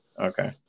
Okay